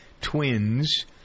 twins